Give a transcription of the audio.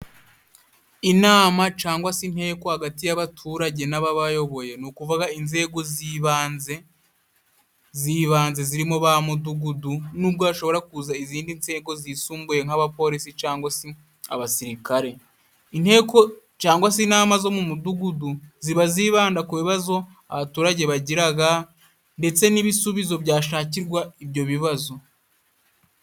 Inama cangwa se inteko hagati y'abaturage n'ababayoboye ni ukuvuga inzego z'ibanze z'ibanze zirimo ba mudugudu nubwo hashobora kuza izindi nzego zisumbuye nk'abapolisi cangwa se abasirikare inteko cangwa se inama zo mu mudugudu ziba zibanda ku bibazo abaturage bagiraga ndetse n'ibisubizo byashakirwa ibyo bibazo.